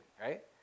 right